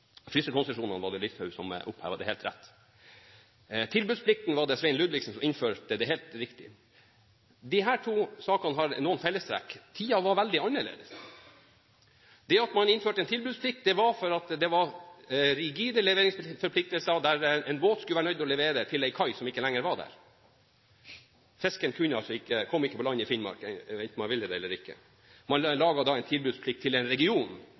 Frysekonsesjonene var det Listau som opphevet – det er helt rett. Tilbudsplikten var det Svein Ludvigsen som innførte – det er helt riktig. Disse to sakene har noen fellestrekk. Tiden var veldig annerledes. Det at man innførte en tilbudsplikt, var fordi det var rigide leveringsforpliktelser, som f.eks. at en båt skulle være nødt til å levere til en kai som ikke lenger var der! Fisken kom altså ikke på land i Finnmark, enten man ville eller ikke. Man lagde da en tilbudsplikt til en region,